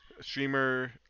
streamer